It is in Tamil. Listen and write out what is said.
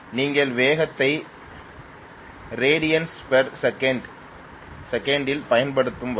நீங்கள் வேகத்தை ரேடியஸ் பர் செகண்ட் இல் பயன்படுத்தும் வரை